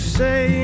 say